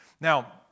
Now